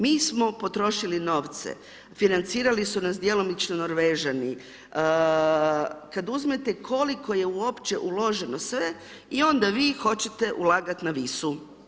Mi smo potrošili novce, financirali su nas djelomično Norvežani, kada uzmete koliko je uopće uloženo sve i onda vi hoćete ulagati na Visu.